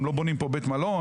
לא בונים פה בית מלון,